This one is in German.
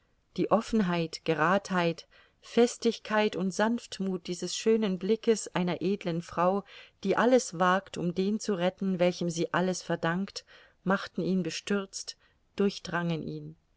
die offenheit geradheit festigkeit und sanftmuth dieses schönen blickes einer edeln frau die alles wagt um den zu retten welchem sie alles verdankt machten ihn bestürzt durchdrangen ihn